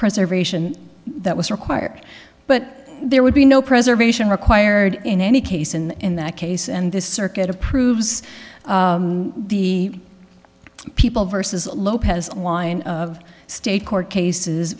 preservation that was required but there would be no preservation required in any case and in that case and this circuit approves the people versus lopez line of state court cases